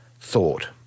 thought